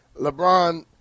LeBron